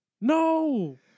No